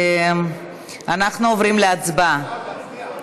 אנחנו עוברים להצבעה,